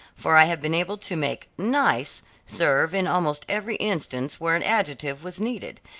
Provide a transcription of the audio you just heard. for i have been able to make nice serve in almost every instance where an adjective was needed,